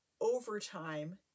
overtime